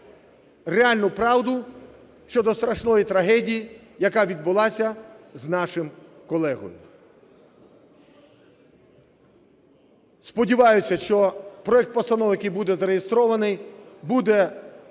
реальну правду щодо страшної трагедії, яка відбулася з нашим колегою. Сподіваюся, що проект постанови, який буде зареєстрований, буде вами